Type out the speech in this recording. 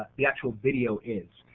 the actual video is.